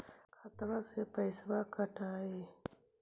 खतबे से पैसबा कटतय?